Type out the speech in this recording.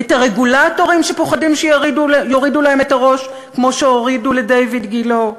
את הרגולטורים שפוחדים שיורידו להם את הראש כמו שהורידו לדיויד גילה?